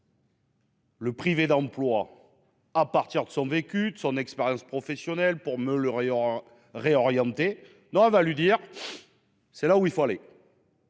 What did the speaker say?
privée d'emploi à partir de son vécu et de son expérience professionnelle, pour mieux la réorienter ; non, on lui dira :« C'est là qu'il faut aller